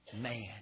man